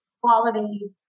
quality